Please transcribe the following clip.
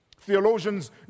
Theologians